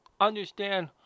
understand